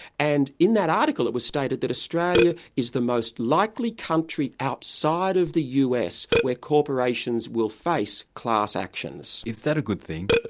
and in that article it was stated that australia is the most likely country outside of the us where corporations will face class actions. is that a good thing?